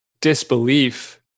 disbelief